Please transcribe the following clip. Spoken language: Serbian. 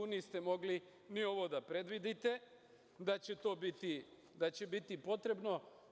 Niste mogli ni ovo da predvidite da će biti potrebno.